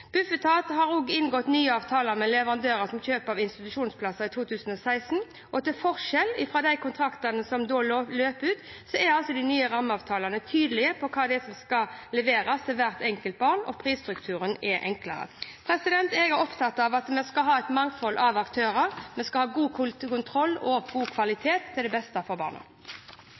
Bufetat har også inngått nye avtaler med leverandører, som kjøp av institusjonsplasser i 2016. Til forskjell fra de kontraktene som da utløp, er de nye rammeavtalene tydelige på hva som skal leveres til hvert enkelt barn, og prisstrukturen er enklere. Jeg er opptatt av at vi skal ha et mangfold av aktører, vi skal ha god kontroll og god kvalitet til beste for barna.